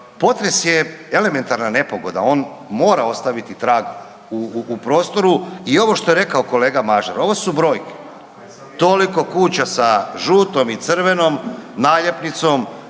potres je elementarna nepogoda on mora ostaviti trag u prostoru i ovo što je rekao kolega Mažar, ovo su brojke. Toliko kuća sa žutom i crvenom naljepnicom,